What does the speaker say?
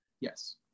Yes